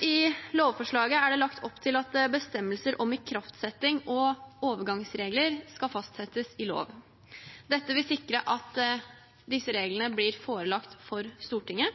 I lovforslaget er det lagt opp til at bestemmelser om ikraftsetting og overgangsregler skal fastsettes i loven. Dette vil sikre at disse reglene blir forelagt for Stortinget.